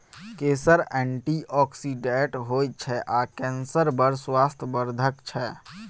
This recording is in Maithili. केसर एंटीआक्सिडेंट होइ छै आ केसर बड़ स्वास्थ्य बर्धक छै